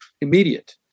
immediate